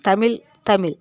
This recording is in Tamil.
தமிழ் தமிழ்